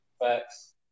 Facts